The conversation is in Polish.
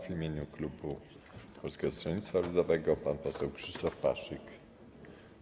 W imieniu klubu Polskiego Stronnictwa Ludowego pan poseł Krzysztof Paszyk.